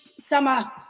summer